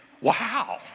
wow